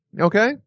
Okay